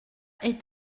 est